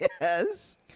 Yes